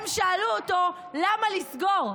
הם שאלו אותו: למה לסגור?